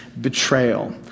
betrayal